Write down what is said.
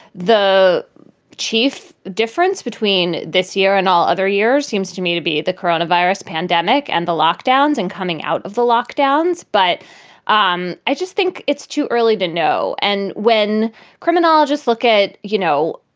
the chief difference between this year and all other years seems to me to be the corona virus pandemic and the lockdowns and coming out of the lockdowns. but um i just think it's too early to know. and when criminologists look at, you know,